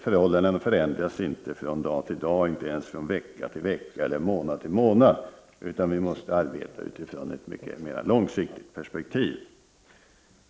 Förhållandena förändras inte från dag till dag, och inte ens från vecka till vecka eller månad till månad, utan vi måste arbeta utifrån ett mycket mer långsiktigt perspektiv.